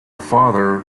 father